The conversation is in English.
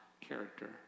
character